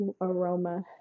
aroma